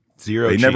Zero